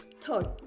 Third